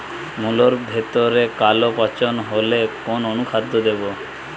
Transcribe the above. মুলোর ভেতরে কালো পচন হলে কোন অনুখাদ্য দেবো?